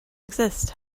exist